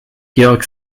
georg